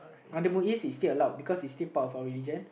under MUIS is still allowed because it's still part of our religion